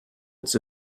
its